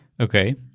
Okay